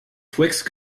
twixt